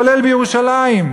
כולל בירושלים,